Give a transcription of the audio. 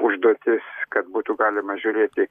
užduotis kad būtų galima žiūrėti